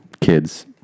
kids